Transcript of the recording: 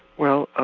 well, ah